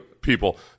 people